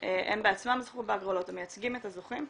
שהם בעצמם זכו בהגרלות, הם מייצגים את הזוכים.